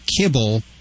kibble